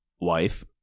wife